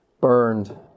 burned